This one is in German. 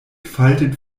faltet